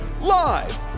live